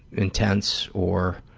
intense or.